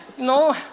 No